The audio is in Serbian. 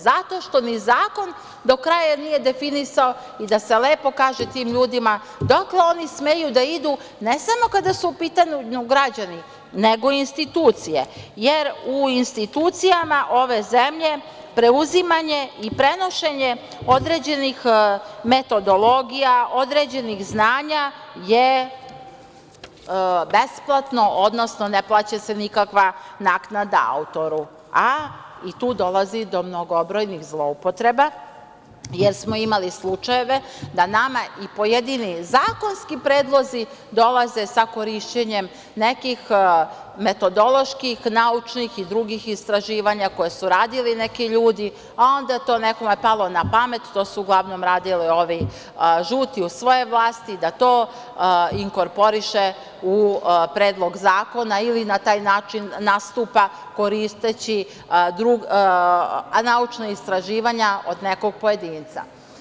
Zato što ni zakon do kraja nije definisao i da se lepo kaže tim ljudima dokle oni smeju da idu ne samo kada su u pitanju građani, nego i institucije, jer u institucijama ove zemlje preuzimanje i prenošenje određenih metodologija, određenih znanja je besplatno, odnosno ne plaća se nikakva naknada autoru, a i tu dolazi do mnogobrojnih zloupotreba, jer smo imali slučajeve da nama i pojedini zakonski predlozi dolaze sa korišćenjem nekih metodoloških, naučnih i drugih istraživanja koja su radili neki ljudi, a onda je to nekome palo na pamet, to su uglavnom radili ovi „žuti“ u svojoj vlasti, da to inkorporiše u predlog zakona ili na taj način nastupa koristeći naučna istraživanja od nekog pojedinca.